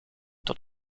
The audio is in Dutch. tot